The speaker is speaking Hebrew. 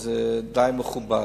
אז זה די מכובד.